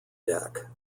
deck